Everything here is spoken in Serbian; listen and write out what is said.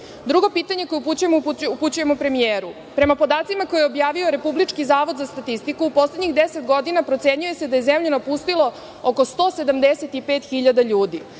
pitanje upućujemo premijeru: Prema podacima koje je objavio Republički zavod za statistiku, u poslednjih 10 godina procenjuje se da je zemlju napustilo oko 175 hiljada